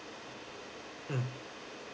hmm